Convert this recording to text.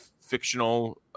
fictional